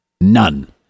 None